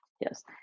yes